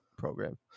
program